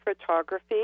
photography